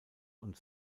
und